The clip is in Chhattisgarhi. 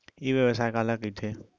ई व्यवसाय काला कहिथे?